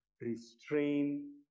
restrain